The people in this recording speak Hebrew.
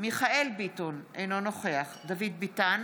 מיכאל מרדכי ביטון, אינו נוכח דוד ביטן,